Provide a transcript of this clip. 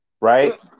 right